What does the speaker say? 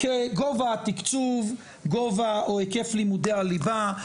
כגובה התקצוב גובה או היקף לימודי הליבה,